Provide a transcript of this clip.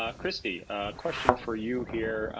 um christy, a question for you here,